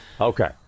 Okay